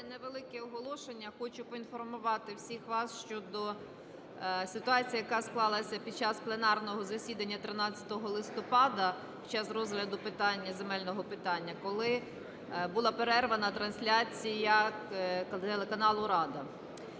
невелике оголошення. Хочу поінформувати всіх вас щодо ситуації, яка склалася під час пленарного засідання 13 листопада під час розгляду питання, земельного питання, коли була перервана трансляція телеканалу "Рада".